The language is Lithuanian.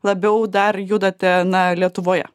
labiau dar judate na lietuvoje